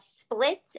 split